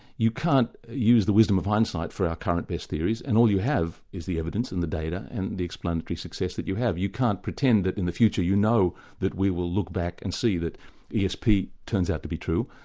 you can't use the wisdom of hindsight for our current best theories and all you have is the evidence evidence and the data and the explanatory success that you have. you can't pretend that in the future you know that we will look back and see that esp turns out to be true.